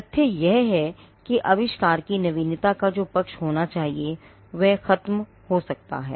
तथ्य यह है कि आविष्कार की नवीनता का जो पक्ष होना चाहिए वह ख़त्म हो सकती है